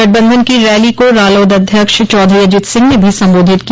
गठबंधन की रैली को रालोद अध्यक्ष चौधरी अजित सिंह ने भी संबोधित किया